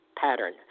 pattern